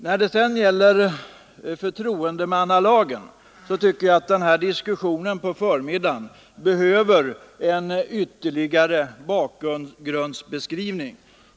När det sedan gäller förtroendemannalagen tycker jag att den diskussion som förts på förmiddagen behöver en ytterligare bakgrundsbeskrivning.